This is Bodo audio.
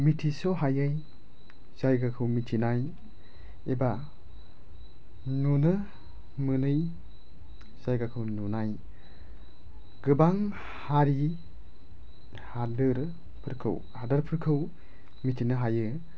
मिथिस' हायै जायगाखौ मिथिनाय एबा नुनो मोनै जायगाखौ नुनाय गोबां हारि हादरफोरखौ मिथिनो हायो